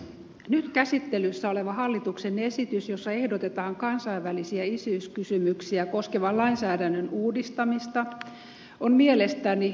nyt käsittelyssä oleva hallituksen esitys jossa ehdotetaan kansainvälisiä isyyskysymyksiä koskevan lainsäädännön uudistamista on mielestäni paikallaan